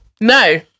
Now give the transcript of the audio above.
no